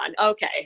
Okay